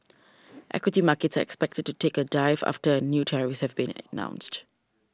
equity markets are expected to take a dive after a new tariffs have been announced